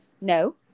No